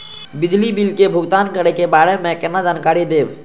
बिजली बिल के भुगतान करै के बारे में केना जानकारी देब?